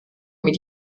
mit